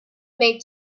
may